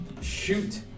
shoot